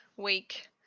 week